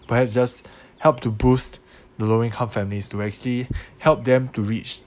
perhaps just helped to boost the lower income families to actually help them to reach